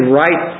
right